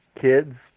kids